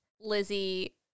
Lizzie